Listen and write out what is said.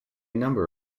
number